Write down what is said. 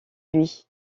lui